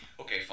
Okay